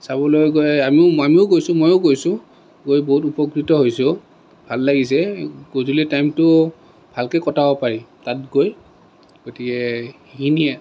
চাবলৈ গৈ আমিও আমিও গৈছোঁ ময়ো গৈছোঁ গৈ বহুত উপকৃত হৈছোঁ ভাল লাগিছে গধূলি টাইমটো ভালকৈ কটাব পাৰি তাত গৈ গতিকে সেইখিনিয়ে